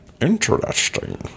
Interesting